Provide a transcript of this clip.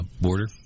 border